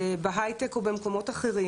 בהייטק או במקומות אחרים.